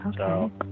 okay